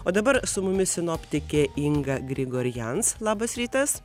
o dabar su mumis sinoptikė inga grigorians labas rytas